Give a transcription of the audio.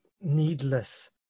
needless